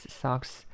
socks